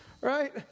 right